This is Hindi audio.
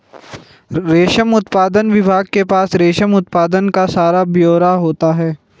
रेशम उत्पादन विभाग के पास रेशम उत्पादन का सारा ब्यौरा होता है